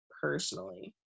personally